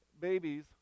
babies